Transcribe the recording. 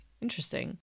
Interesting